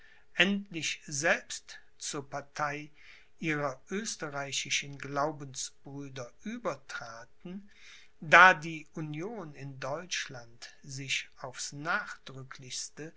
endlich selbst zur partei ihrer österreichischen glaubensbrüder übertraten da die union in deutschland sich aufs